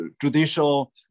judicial